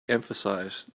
emphasized